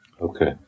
Okay